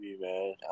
man